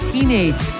Teenage